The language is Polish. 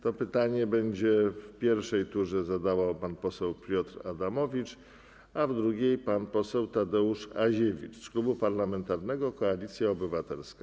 To pytanie będzie w pierwszej turze zadawał pan poseł Piotr Adamowicz, a w drugiej pan poseł Tadeusz Aziewicz z Klubu Parlamentarnego Koalicja Obywatelska.